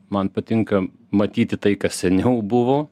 man patinka matyti tai kas seniau buvo